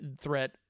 threat